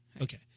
Okay